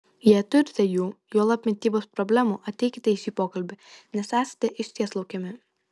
jei turite jų juolab mitybos problemų ateikite į šį pokalbį nes esate išties laukiami